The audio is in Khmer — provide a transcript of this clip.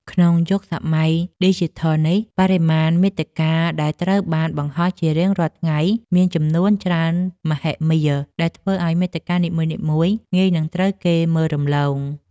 ក្នុងយុគសម័យឌីជីថលនេះ បរិមាណមាតិកាដែលត្រូវបានបង្ហោះជារៀងរាល់ថ្ងៃមានចំនួនច្រើនមហិមា ដែលធ្វើឱ្យមាតិកានីមួយៗងាយនឹងត្រូវគេមើលរំលង។